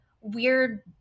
weird